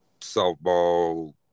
softball